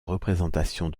représentations